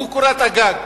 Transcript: והוא קורת הגג.